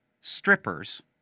strippers